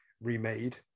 remade